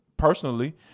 personally